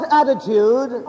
attitude